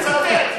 אני מצטט.